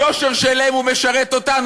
היושר שלהם, הוא משרת אותנו.